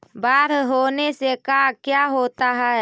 बाढ़ होने से का क्या होता है?